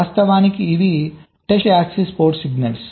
వాస్తవానికి ఇవి test access port signals